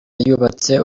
yubatse